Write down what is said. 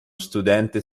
studente